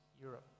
Europe